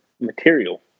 material